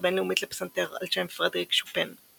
הבינלאומית לפסנתר על שם פרדריק שופן,